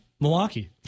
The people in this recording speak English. Milwaukee